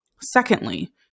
Secondly